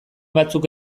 batzuk